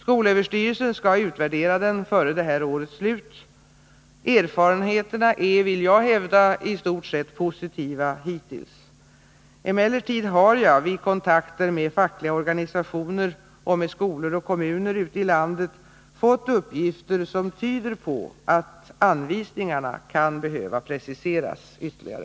Skolöverstyrelsen skall utvärdera den före detta års slut. Erfarenheterna är, vill jag hävda, i stort sett positiva hittills. Emellertid har jag i kontakter med fackliga organisationer och med skolor och kommuner ute i landet fått uppgifter som tyder på att anvisningarna kan behöva preciseras ytterligare.